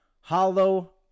hollow